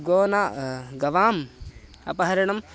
gonna गवाम् अपहरणम्